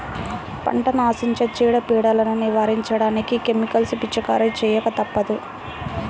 పంటని ఆశించే చీడ, పీడలను నివారించడానికి కెమికల్స్ పిచికారీ చేయక తప్పదు